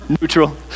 Neutral